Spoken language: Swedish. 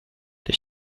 det